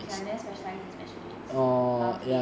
which I never specialize in special needs but okay